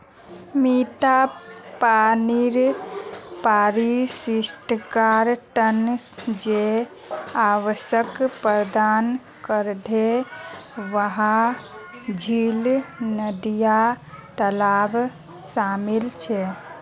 मिठा पानीर पारिस्थितिक तंत्र जे आवास प्रदान करछे वहात झील, नदिया, तालाब शामिल छे